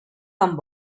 amb